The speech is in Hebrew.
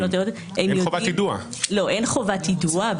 אין חובת יידוע.